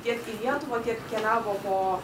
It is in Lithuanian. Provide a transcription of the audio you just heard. tiek į lietuvą tiek keliavo po